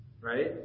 Right